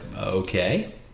Okay